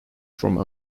from